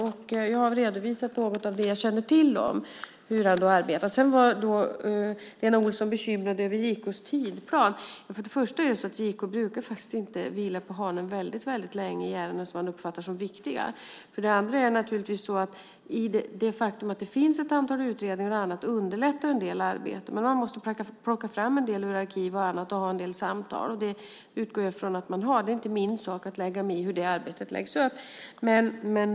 Jag har redovisat något av det jag känner till om hur han arbetar. Lena Olsson var bekymrad över JK:s tidsplan. För det första brukar inte JK vila på hanen så länge i ärenden som han uppfattar som viktiga. För det andra underlättar det faktum att det finns ett antal utredningar och annat arbete. Men man måste plocka fram en del ur arkiv och annat och föra några samtal. Det utgår jag också från att man gör; det är inte min sak att lägga mig i hur arbetet läggs upp.